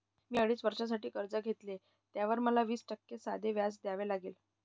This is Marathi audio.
मी अडीच वर्षांसाठी कर्ज घेतले, त्यावर मला वीस टक्के साधे व्याज द्यावे लागले